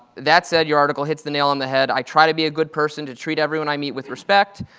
that said, your article hits the nail on the head. i try to be a good person, to treat everyone i meet with respect.